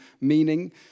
meaning